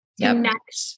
connect